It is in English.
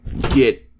get